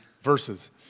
verses